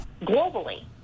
globally